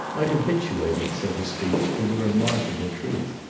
might habituate it, so to speak, to the remarkable truth.